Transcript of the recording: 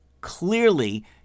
clearly